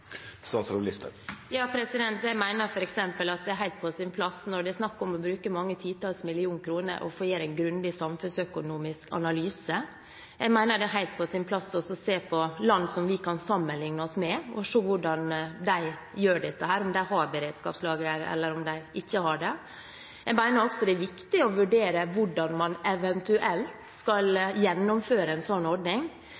Jeg mener f.eks. at det er helt på sin plass når det er snakk om å bruke mange titalls million kroner, å få gjort en grundig samfunnsøkonomisk analyse. Jeg mener det er helt på sin plass å se på land som vi kan sammenligne oss med, og se på hvordan de gjør dette – om de har beredskapslager, eller om de ikke har det. Jeg mener også det er viktig å vurdere hvordan man eventuelt skal